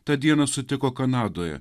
tą dieną sutiko kanadoje